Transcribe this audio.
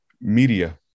media